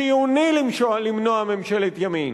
חיוני למנוע ממשלת ימין.